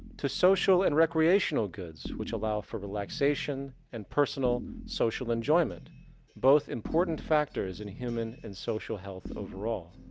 to social and recreational goods which allow for relaxation and personal, social enjoyment both important factors in human and social health overall.